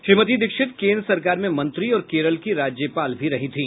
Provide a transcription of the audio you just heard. श्रीमती दीक्षित केन्द्र सरकार में मंत्री और केरल की राज्यपाल भी रही थी